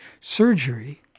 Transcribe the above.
surgery